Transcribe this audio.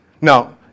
Now